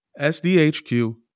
SDHQ